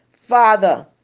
Father